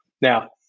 Now